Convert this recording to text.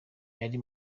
yari